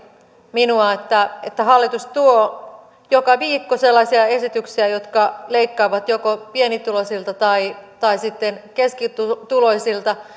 minua että että hallitus tuo joka viikko sellaisia esityksiä jotka leikkaavat joko pienituloisilta tai tai sitten keskituloisilta